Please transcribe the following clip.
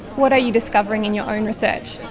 what are you discovering in your own research?